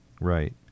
Right